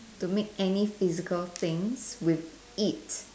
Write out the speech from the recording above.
to make any physical things with it